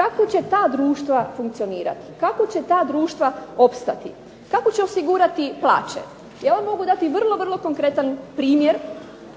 Kako će ta društva funkcionirati? Kako će ta društva opstati? Kako će osigurati plaće? Ja vam mogu dati jedan vrlo konkretan primjer